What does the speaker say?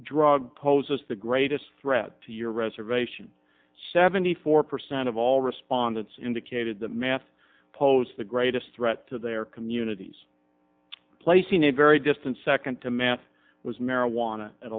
drug poses the greatest threat to your reservation seventy four percent of all respondents indicated that math pose the greatest threat to their communities placing a very distant second to math was marijuana at